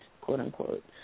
quote-unquote